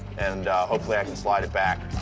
and hopefully i can slide it back.